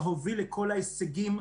שהוביל לכל ההישגים,